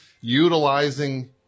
utilizing